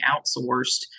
outsourced